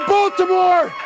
Baltimore